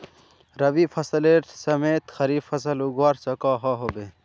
रवि फसलेर समयेत खरीफ फसल उगवार सकोहो होबे?